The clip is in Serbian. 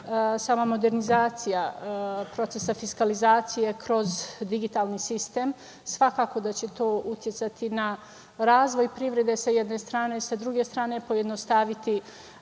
sama modernizacija procesa fiskalizacije kroz digitalni sistem. Svakako da će to uticati na razvoj privrede sa jedne, sa druge strane pojednostaviti